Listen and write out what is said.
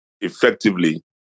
effectively